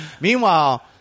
Meanwhile